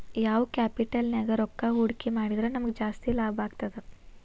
ಯಾವ್ ಕ್ಯಾಪಿಟಲ್ ನ್ಯಾಗ್ ರೊಕ್ಕಾ ಹೂಡ್ಕಿ ಮಾಡಿದ್ರ ನಮಗ್ ಜಾಸ್ತಿ ಲಾಭಾಗ್ತದ?